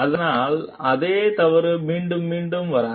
அதனால் அதே தவறு மீண்டும் மீண்டும் வராது